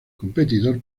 competidor